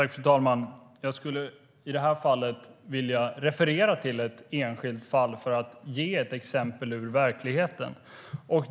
Fru talman! Jag skulle i det här fallet vilja referera till ett enskilt fall för att ge ett exempel ur verkligheten.